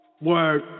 word